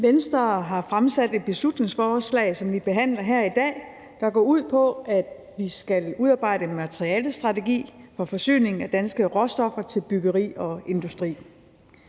Venstre har fremsat et beslutningsforslag, som vi behandler her i dag, og som går ud på, at vi skal udarbejde en materialestrategi for forsyningen af danske råstoffer til byggeri og industri.